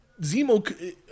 Zemo